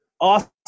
Awesome